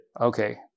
Okay